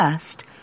first